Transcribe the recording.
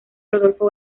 rodolfo